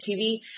TV